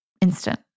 instant